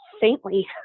saintly